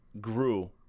grew